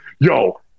yo